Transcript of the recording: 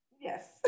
Yes